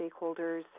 stakeholders